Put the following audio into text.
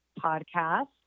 podcast